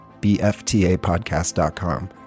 bftapodcast.com